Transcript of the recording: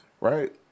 right